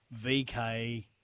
VK